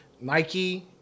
Nike